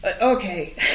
okay